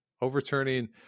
overturning